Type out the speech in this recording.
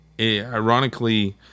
ironically